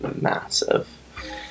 massive